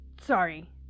sorry